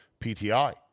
PTI